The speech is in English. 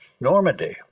Normandy